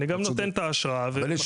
אני גם נותן את האשרה ומכניס --- אבל יש